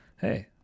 Hey